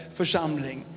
församling